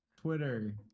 Twitter